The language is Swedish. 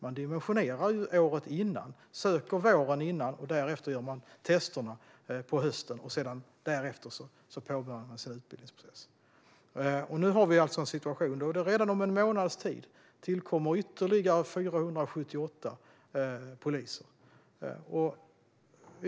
Man dimensionerar året innan, sedan söker personerna våren innan och därefter gör de tester på hösten för att därefter påbörja sin utbildning. Nu har vi alltså en situation då det redan om en månads tid tillkommer ytterligare 478 poliser.